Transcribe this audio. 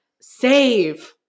save